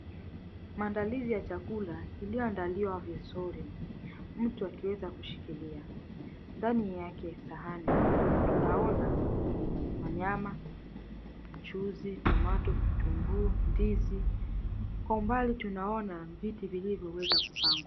Maandalizi ya chakula iliyoandaliwa vizuri mtu akiweza kushikilia. Ndani yake ya sahani tunaona manyama , mchuzi, tomato vitunguu, ndizi. Kwa umbali tunaona viti vilivyoweza kupangwa.